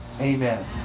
Amen